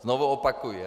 Znovu opakuji.